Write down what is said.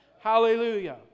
Hallelujah